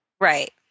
Right